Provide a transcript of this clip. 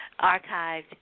archived